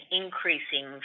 increasing